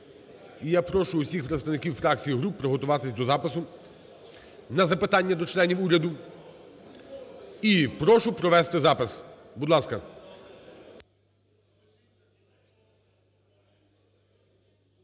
я прошу усіх представників фракцій і груп приготуватися до запису на запитання до членів уряду. І прошу провести запис. Будь ласка.